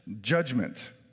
judgment